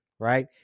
right